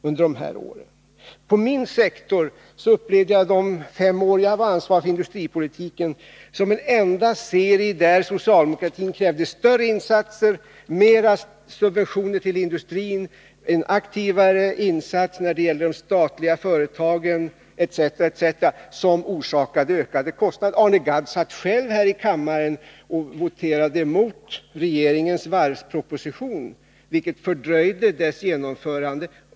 Under de fem år jag var ansvarig för industripolitiken upplevde jag att socialdemokratin inom den sektorn oavbrutet krävde större insatser, mera subventioner till industrin, aktivare insatser när det gällde de statliga företagen, etc., vilket allt innebar ökade kostnader. Arne Gadd satt själv här i kammaren och voterade emot den dåvarande regeringens varvsproposition, vilket fördröjde förslagens genomförande.